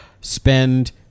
spend